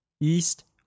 east